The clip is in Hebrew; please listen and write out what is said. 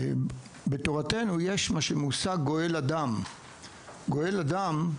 יש בתורתנו מושג שנקרא "גואל הדם";